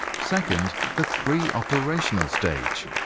second, the pre-operational stage.